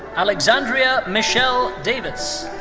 alexandria michele davis.